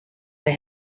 they